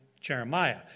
Jeremiah